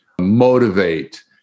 motivate